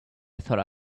thought